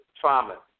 trauma